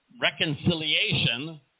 reconciliation